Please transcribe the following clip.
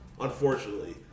unfortunately